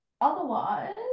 Otherwise